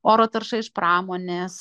oro tarša iš pramonės